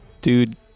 Dude